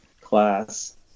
class